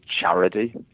charity